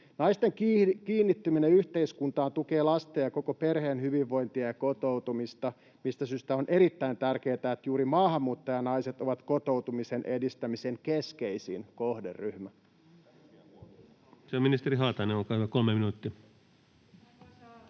Naisten kiinnittyminen yhteiskuntaan tukee lasten ja koko perheen hyvinvointia ja kotoutumista, mistä syystä on erittäin tärkeätä, että juuri maahanmuuttajanaiset ovat kotoutumisen edistämisen keskeisin kohderyhmä.